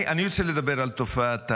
אני רוצה לדבר על תופעה,